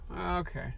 Okay